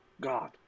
God